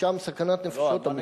שם סכנת נפשות אמיתית.